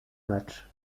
matchs